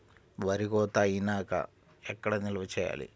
వరి కోత అయినాక ఎక్కడ నిల్వ చేయాలి?